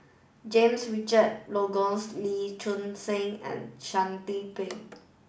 James Richardson Logan Lee Choon Seng and Shanti Pereira